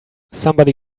somebody